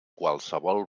qualsevol